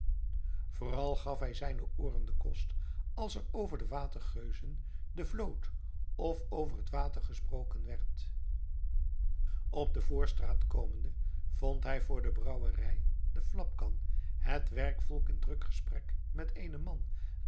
vooral gaf hij zijnen ooren den kost als er over de watergeuzen de vloot of over het water gesproken werd op de voorstraat komende vond hij voor de brouwerij de flapcan het werkvolk in druk gesprek met eenen man